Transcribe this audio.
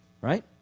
right